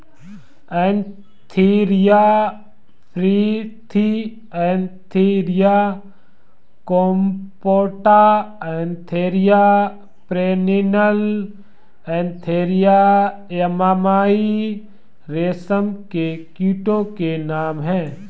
Antheraea frithi Antheraea compta Antheraea pernyi Antheraea yamamai रेशम के कीटो के नाम हैं